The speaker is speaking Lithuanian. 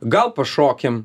gal pašokim